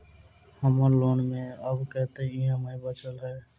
हम्मर लोन मे आब कैत ई.एम.आई बचल ह?